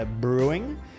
brewing